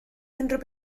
unrhyw